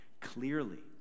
clearly